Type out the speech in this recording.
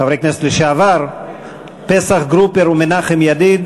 חברי הכנסת לשעבר פסח גרופר ומנחם ידיד.